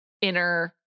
inner